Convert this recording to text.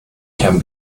can